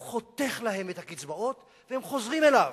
הוא חותך להם את הקצבאות והם חוזרים אליו.